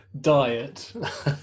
diet